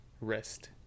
rest